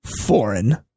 Foreign